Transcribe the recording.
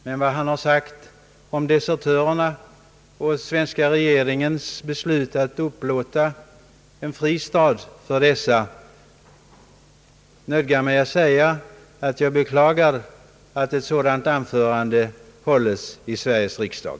Men vad han har yttrat om desertörerna och svenska regeringens beslut att upplåta en fristad för dessa nödgar mig att säga, att jag beklagar att ett sådant anförande hålls i Sveriges riksdag.